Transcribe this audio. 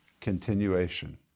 continuation